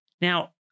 Now